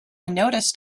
noticed